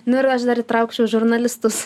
nu ir aš dar įtrauksiu žurnalistus